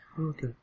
Okay